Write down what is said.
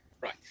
right